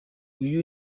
uyu